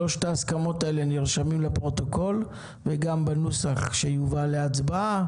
שלוש ההסכמות האלה נרשמות בפרוטוקול וגם בנוסח שיובא להצבעה.